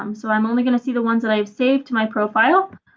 um so i'm only going to see the ones that i've saved to my profile.